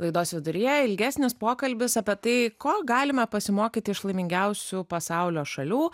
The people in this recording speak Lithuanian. laidos viduryje ilgesnis pokalbis apie tai ko galime pasimokyti iš laimingiausių pasaulio šalių